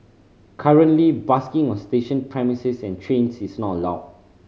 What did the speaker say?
currently busking on station premises and trains is not allowed